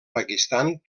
pakistan